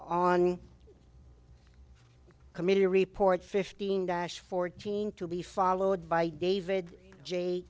on committee report fifteen dash fourteen to be followed by david j